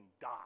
Die